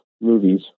movies